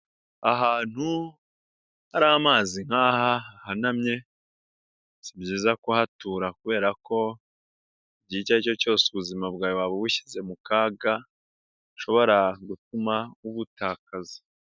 Ahantu hari amazi nk'aha hahanamye, si byiza kuhatura kubera ko igihe icyo ari cyo cyose ubuzima bwawe bushyize mu kaga, ushobora gutuma ubutakaza.